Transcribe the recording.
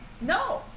No